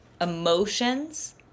emotions